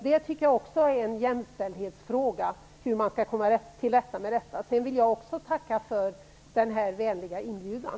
Det är också en jämställdhetsfråga hur man skall komma till rätta med detta. Jag vill också tacka för den vänliga inbjudan.